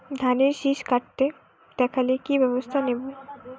ধানের শিষ কাটতে দেখালে কি ব্যবস্থা নেব?